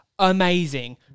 amazing